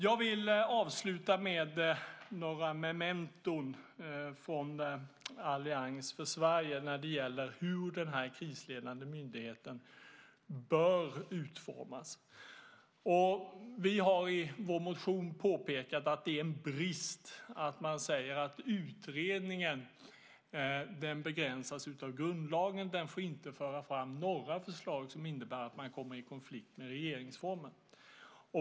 Jag vill avsluta med några mementon från Allians för Sverige när det gäller hur den här krisledande myndigheten bör utformas. Vi har i vår motion påpekat att det är en brist när man säger att utredningen begränsas av grundlagen. Den får inte föra fram några förslag som innebär att man kommer i konflikt med regeringsformen.